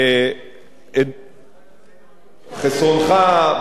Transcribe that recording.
חסרונך בלט כאן,